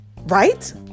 right